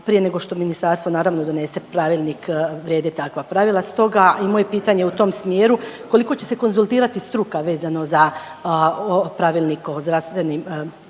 prije nego što ministarstvo naravno donese pravilnik vrijede takva pravila. Stoga i moje pitanje u tom smjeru, koliko će se konzultirati struka vezano za pravilnik o zdravstvenim